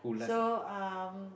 so um